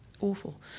awful